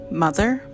mother